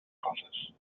coses